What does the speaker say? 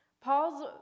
Paul's